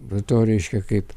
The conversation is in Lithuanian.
be to reiškia kaip